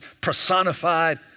personified